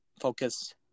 focus